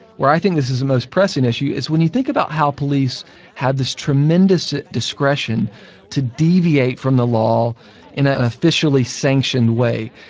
where i think this is the most pressing issue is when you think about how police had this tremendous discretion to deviate from the law in a officially sanctioned way.